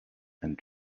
and